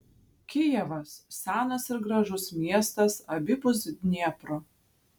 kijevas senas ir gražus miestas abipus dniepro